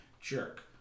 jerk